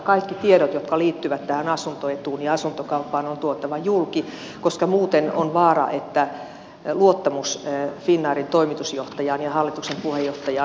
kaikki tiedot jotka liittyvät tähän asuntoetuun ja asuntokauppaan on tuotava julki koska muuten on vaara että luottamus finnairin toimitusjohtajaan ja hallituksen puheenjohtajaan kärsii